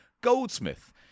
Goldsmith